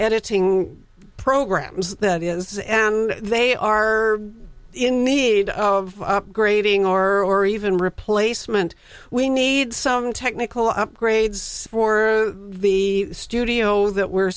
editing programs that is they are in need of upgrading or even replacement we need some technical upgrades for the studio that we're